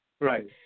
Right